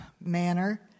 manner